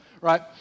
right